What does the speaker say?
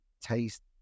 Taste